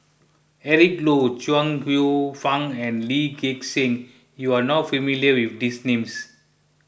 Eric Low Chuang Hsueh Fang and Lee Gek Seng you are not familiar with these names